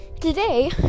Today